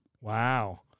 Wow